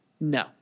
No